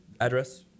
Address